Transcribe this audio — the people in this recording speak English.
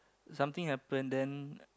something happen then